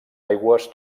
aigües